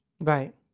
Right